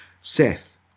Seth